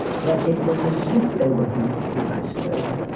but it was as if they were completely isolated.